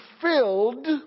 filled